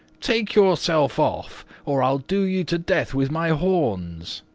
take yourself off, or i'll do you to death with my horns.